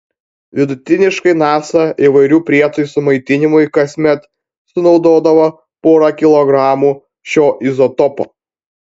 vidutiniškai nasa įvairių prietaisų maitinimui kasmet sunaudodavo porą kilogramų šio izotopo